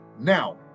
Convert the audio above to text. Now